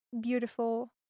beautiful